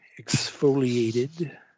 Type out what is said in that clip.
exfoliated